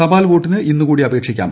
തപാൽ വോട്ടിന് ഇന്നുകൂടി അപേക്ഷിക്കാം